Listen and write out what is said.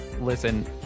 Listen